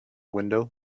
window